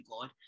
God